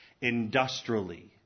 industrially